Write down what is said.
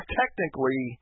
technically